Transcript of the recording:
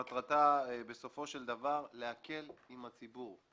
מטרתה להקל עם הציבור,